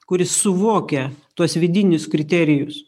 kuris suvokia tuos vidinius kriterijus